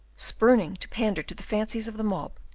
spurning to pander to the fancies of the mob,